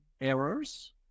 errors